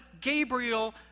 Gabriel